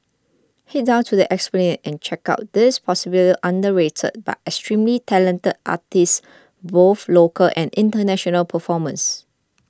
head down to the Esplanade and check out these possibly underrated but extremely talented artists both local and international performers